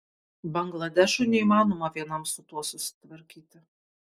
bangladešui neįmanoma vienam su tuo susitvarkyti